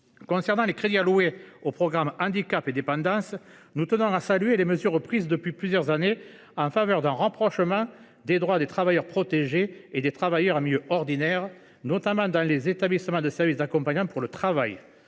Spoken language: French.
concerne les crédits alloués au programme 157 « Handicap et dépendance », nous tenons à saluer les mesures prises depuis plusieurs années en faveur d’un rapprochement des droits des travailleurs protégés et des travailleurs en milieu ordinaire, notamment dans les Ésat. Cependant ce rapprochement ne peut se faire